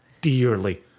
dearly